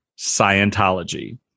Scientology